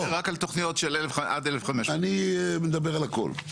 אני מדבר רק על תוכניות של עד 1,500. אני מדבר על הכל.